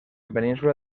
península